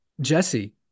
Jesse